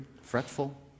fretful